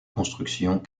constructions